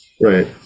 Right